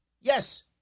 yes